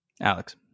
Alex